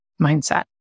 mindset